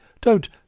Don't